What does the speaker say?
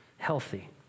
healthy